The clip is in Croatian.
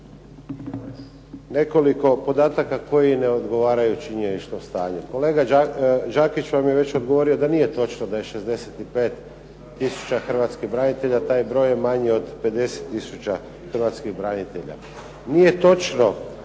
nekoliko podataka koji ne odgovaraju činjeničnom stanju. Kolega Đakić vam je odgovorio da nije točno da je 65 tisuća Hrvatski branitelja, taj je broj manji od 50 tisuća Hrvatskih branitelja. Nije točno